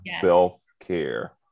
Self-care